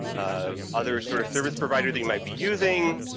um, other sort of service provider that you might be using,